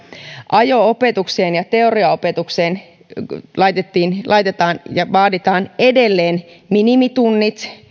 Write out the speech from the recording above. ajo opetukseen ja teoriaopetukseen laitetaan ja vaaditaan edelleen minimitunnit